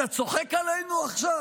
אתה צוחק עלינו עכשיו?